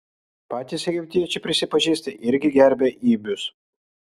patys egiptiečiai prisipažįsta irgi gerbią ibius